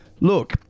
Look